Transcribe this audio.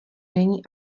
není